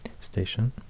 station